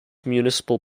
municipal